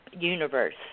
universe